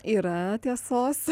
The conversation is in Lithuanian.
yra tiesos